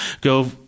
Go